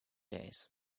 days